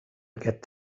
aquest